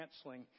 canceling